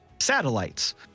satellites